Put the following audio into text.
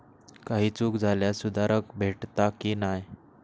काही चूक झाल्यास सुधारक भेटता की नाय?